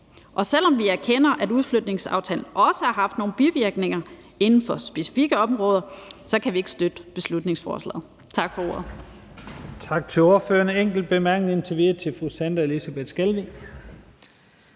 Selv om vi erkender, at udflytningsaftalen også haft nogle bivirkninger inden for specifikke områder, så kan vi ikke støtte beslutningsforslaget. Tak for ordet.